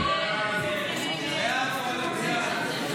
סעיף 2